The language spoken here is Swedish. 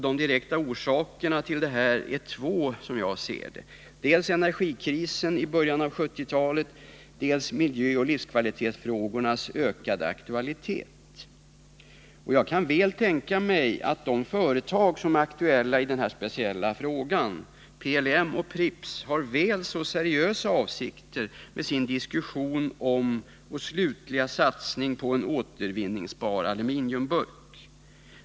De direkta orsakerna till detta är två: dels energikrisen i början av 1970-talet, dels miljöoch livskvalitetsfrågornas ökade aktualitet. Jag kan tänka mig att de företag som är aktuella i den här speciella frågan — PLM och Pripps — har väl så seriösa avsikter med sin diskussion om och slutliga satsning på en återvinningsbar aluminiumburk.